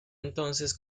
entonces